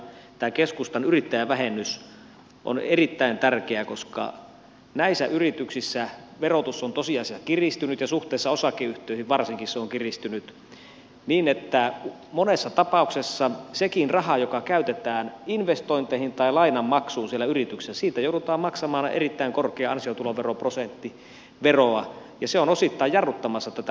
sen takia tämä keskustan yrittäjävähennys on erittäin tärkeä koska näissä yrityksissä verotus on tosi asiassa kiristynyt ja suhteessa osakeyhtiöihin varsinkin se on kiristynyt niin että monessa tapauksessa siitäkin rahasta joka käytetään investointeihin tai lainanmaksuun siellä yrityksessä joudutaan maksamaan veroa erittäin korkealla ansiotuloveroprosentilla ja se on osittain jarruttamassa tätä kasvua